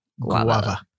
guava